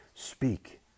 Speak